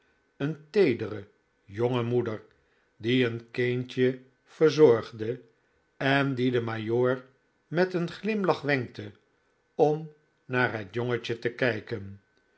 een teedere jonge moeder die een kindje verzorgde en die den majoor met een glimlach wenkte om naar het jongetje te kijken